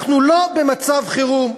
אנחנו לא במצב חירום,